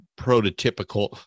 prototypical